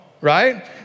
right